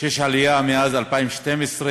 שיש עלייה מאז 2012,